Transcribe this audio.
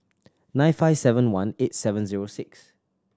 nine five seven one eight seven zero six